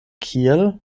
kiel